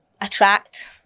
attract